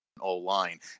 O-line